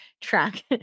track